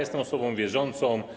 Jestem osobą wierzącą.